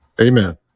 Amen